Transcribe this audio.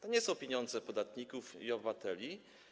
To nie są pieniądze podatników i obywateli.